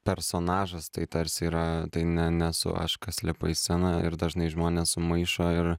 personažas tai tarsi yra tai ne nesu aš kas lipa į sceną ir dažnai žmonės sumaišo ir